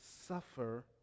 suffer